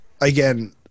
again –